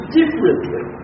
differently